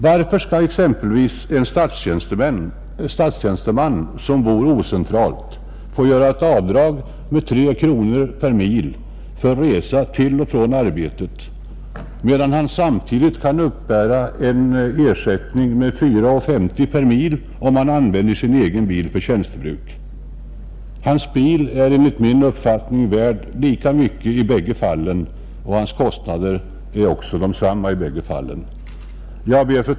Varför skall exempelvis en statstjänsteman som bor ocentralt få göra avdrag med 3 kronor per mil för resa till och från arbetet, medan han kan uppbära en ersättning av 4:50 per mil om han använder sin egen bil för tjänstebruk? Hans bil är enligt min uppfattning lika mycket värd i bägge fallen, och hans kostnader är desamma i bägge fallen, Fru talman!